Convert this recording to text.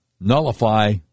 nullify